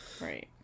Right